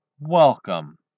Welcome